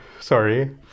sorry